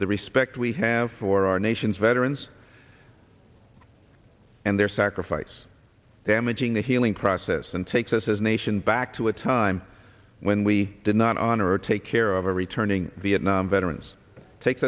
the respect we have for our nation's veterans and their sacrifice damaging the healing process and takes us as a nation back to a time when we did not honor or take care of our returning vietnam veterans takes